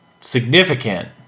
significant